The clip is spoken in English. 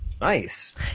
Nice